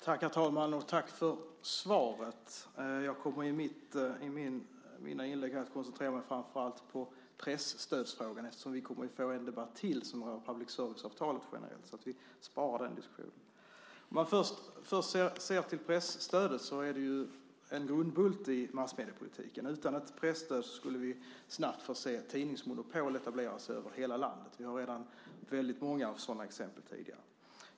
Herr talman! Jag tackar för svaret. Jag kommer i mina inlägg att koncentrera mig framför allt på presstödsfrågan, eftersom vi kommer att få en debatt till som rör public service-avtalet generellt. Så vi sparar den diskussionen. Om man först ser till presstödet är det en grundbult i massmediepolitiken. Utan ett presstöd skulle vi snabbt få se tidningsmonopol etableras över hela landet. Vi har redan tidigare många sådana exempel.